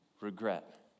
regret